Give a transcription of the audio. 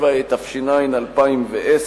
37), התש"ע 2010,